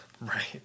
Right